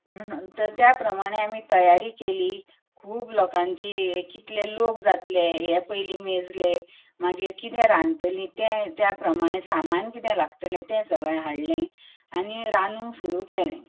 म्हणून त्या प्रमाणें आमी तयार केली खूब लोकांची कितले लोक जातले हे पयलीं मेजले मागीर कितें रांदतलीं तें त्या प्रमाणें सामान कितें लागतलें तें सगळें हाडलें आनी रांदूंक सुरू केलें